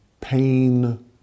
pain